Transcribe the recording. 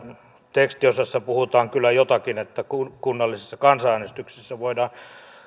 tekstiosassa puhutaan kyllä jotakin että kunnallisessa kansanäänestyksessä voidaan